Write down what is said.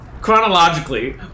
Chronologically